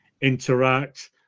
interact